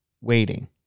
waiting